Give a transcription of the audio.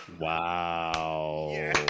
wow